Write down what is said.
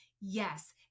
Yes